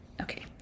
Okay